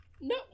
No